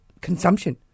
consumption